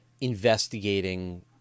investigating